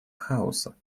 хаоса